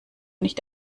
nicht